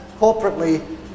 corporately